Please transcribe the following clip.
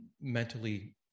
mentally